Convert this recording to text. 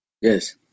Yes